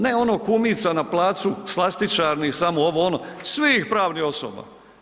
Ne ono kumica na placu, slastičarni samo ovo, ono, svih pravnih osoba.